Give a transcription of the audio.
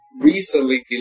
recently